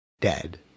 dead